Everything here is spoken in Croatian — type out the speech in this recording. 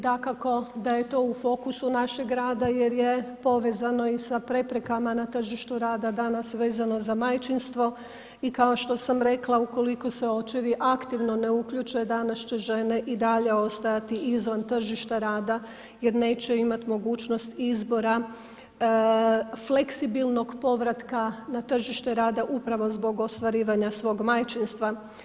Dakako da je to u fokusu našeg rada jer je povezano i sa preprekama na tržištu rada danas vezano za majčinstvo i kao što sam rekla ukoliko se očevi aktivno ne uključe danas će žene i dalje ostajati izvan tržišta rada jer neće imati mogućnost izbora fleksibilnog povratka na tržište rada upravo zbog ostvarivanja svog majčinstva.